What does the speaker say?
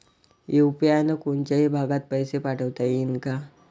UPI न कोनच्याही भागात पैसे पाठवता येईन का?